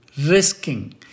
Risking